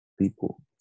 people